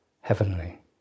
heavenly